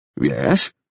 Yes